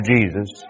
Jesus